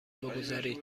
بگذارید